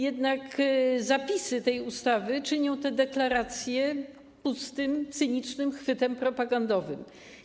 Jednak zapisy tej ustawy czynią te deklaracje pustym, cynicznym chwytem propagandowym.